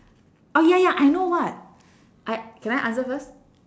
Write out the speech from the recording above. ah ya ya I know what I can I answer first